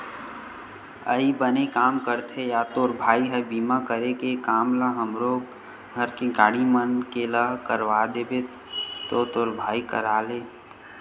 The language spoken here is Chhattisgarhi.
अई बने काम करथे या तोर भाई ह बीमा करे के काम ल हमरो घर के गाड़ी मन के ला करवा देबे तो तोर भाई करा ले